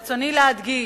ברצוני להדגיש: